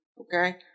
okay